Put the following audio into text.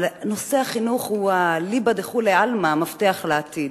אבל נושא החינוך הוא אליבא דכולי עלמא המפתח לעתיד.